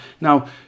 Now